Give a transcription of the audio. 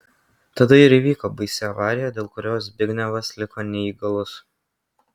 tada ir įvyko baisi avarija dėl kurios zbignevas liko neįgalus